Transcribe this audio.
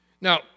Now